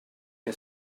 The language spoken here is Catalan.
que